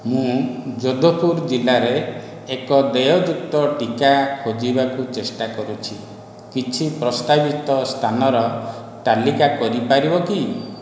ମୁଁ ଯେଦପୁର ଜିଲ୍ଲାରେ ଏକ ଦେୟଯୁକ୍ତ ଟିକା ଖୋଜିବାକୁ ଚେଷ୍ଟା କରୁଛି କିଛି ପ୍ରସ୍ତାବିତ ସ୍ଥାନର ତାଲିକା କରିପାରିବ କି